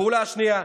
הפעולה השנייה,